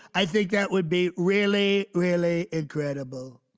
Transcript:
i think that would be really, really incredible.